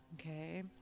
Okay